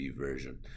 version